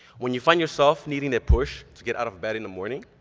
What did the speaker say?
when you find yourself needing a push to get out of bed in the morning,